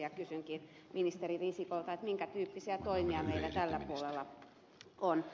kysynkin ministeri risikolta minkä tyyppisiä toimia meillä tällä puolella on